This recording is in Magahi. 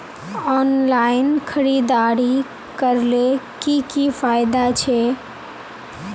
ऑनलाइन खरीदारी करले की की फायदा छे?